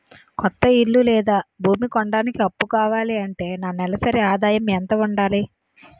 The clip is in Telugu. కొత్త ఇల్లు లేదా భూమి కొనడానికి అప్పు కావాలి అంటే నా నెలసరి ఆదాయం ఎంత ఉండాలి?